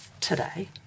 today